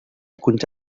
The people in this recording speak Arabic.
كنت